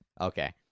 okay